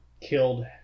killed